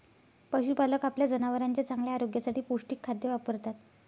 पशुपालक आपल्या जनावरांच्या चांगल्या आरोग्यासाठी पौष्टिक खाद्य वापरतात